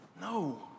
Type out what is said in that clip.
No